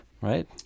right